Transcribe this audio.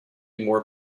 more